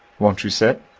won't you sit?